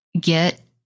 get